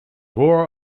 roar